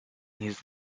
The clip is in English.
his